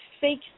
fake